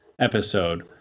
episode